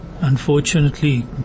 unfortunately